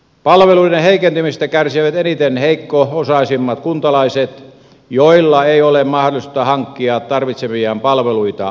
palveluiden heikentämisestä kärsivät eniten heikko osaisimmat kuntalaiset joilla ei ole mahdollisuutta hankkia tarvitsemiaan palveluita muualta